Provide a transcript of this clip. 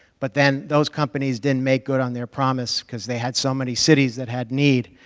but then those companies didn't make good on their promise because they had so many cities that had need,